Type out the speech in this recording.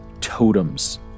totems